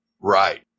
Right